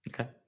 Okay